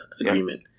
agreement